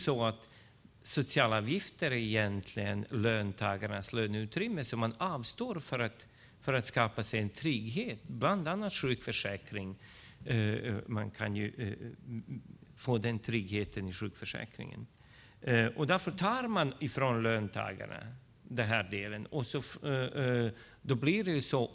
Sociala avgifter är egentligen löntagarnas löneutrymme som man avstår för att skapa sig en trygghet, bland annat trygghet i sjukförsäkringen. Nu tar man från löntagare den här delen.